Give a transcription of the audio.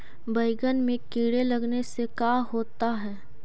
बैंगन में कीड़े लगने से का होता है?